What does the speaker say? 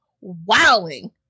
wowing